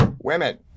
Women